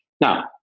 Now